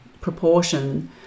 proportion